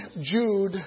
Jude